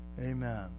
Amen